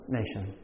nation